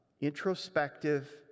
introspective